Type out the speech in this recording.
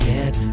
Get